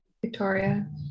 Victoria